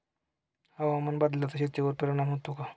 हवामान बदलाचा शेतीवर परिणाम होतो का?